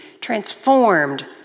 transformed